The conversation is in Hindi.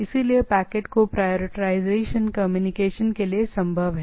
इसलिएपैकेट का प्रायरिटाइजेशन कम्युनिकेशन के लिए भी संभव है